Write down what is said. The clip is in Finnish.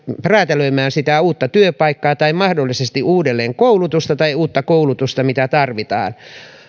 räätälöimään sitä uutta työpaikkaa tai mahdollisesti uudelleenkoulutusta tai uutta koulutusta jota tarvitaan